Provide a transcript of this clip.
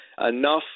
enough